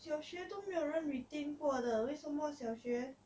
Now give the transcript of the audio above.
小学都没有人 retain 过的为什么小学